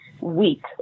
week